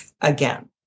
again